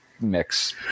mix